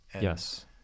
Yes